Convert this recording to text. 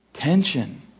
Tension